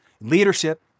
Leadership